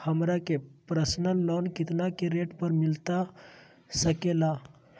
हमरा के personal loan कितना के रेट पर मिलता सके ला?